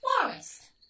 Forest